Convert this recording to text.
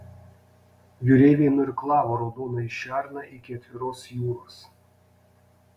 jūreiviai nuirklavo raudonąjį šerną iki atviros jūros